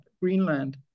Greenland